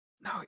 No